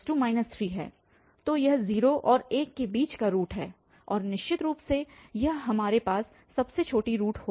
तो यह 0 और 1 के बीच एक रूट है और निश्चित रूप से यह हमारे पास सबसे छोटी रूट होगी